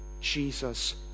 Jesus